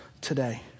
today